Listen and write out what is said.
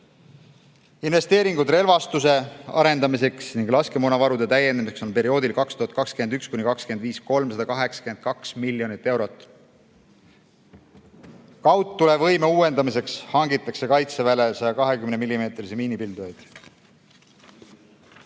Investeeringud relvastuse arendamiseks ning laskemoonavarude täiendamiseks on perioodil 2021–2025 kuni 382 miljonit eurot. Kaugtulevõime uuendamiseks hangitakse Kaitseväele 120 mm miinipildujaid.